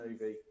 movie